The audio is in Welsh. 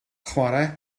chwarae